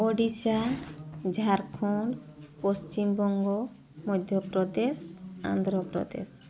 Odisha Jharkhand Paschimbanga Madhya Pradesh Andhra Pradesh